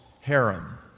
harem